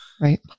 right